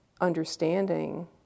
understanding